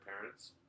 parents